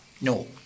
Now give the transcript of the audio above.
No